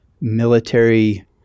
military